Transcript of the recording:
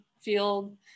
field